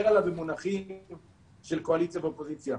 עליו במונחים של קואליציה ואופוזיציה.